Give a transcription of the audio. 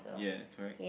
ya correct